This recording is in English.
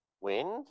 wind